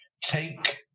take